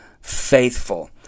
faithful